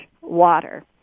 water